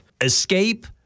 escape